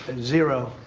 zero,